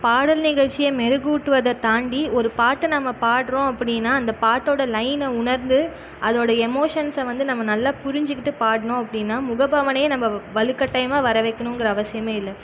பாடல் நிகழ்ச்சியை மெருகூட்டுவதை தாண்டி ஒரு பாட்டை நம்ம பாடுகிறோம் அப்படினா அந்த பாட்டோட லைனை உணர்ந்து அதோட எமோஷன்ஸை வந்து நல்லா புரிஞ்சுகிட்டு பாடினோம் அப்படினா முகபாவனையை நம்ம வலுக்கட்டாயமாக வர வைக்கணுங்கிற அவசியம் இல்லை